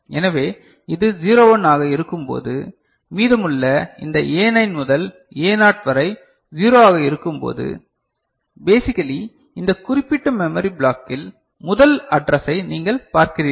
எனவே இது 01 ஆக இருக்கும்போது மீதமுள்ள இந்த A9 முதல் A0 வரை 0 ஆக இருக்கும்போது பேசிகலி இந்த குறிப்பிட்ட மெமரி ப்ளாக்கில் முதல் அட்ரசை நீங்கள் பார்க்கிறீர்கள்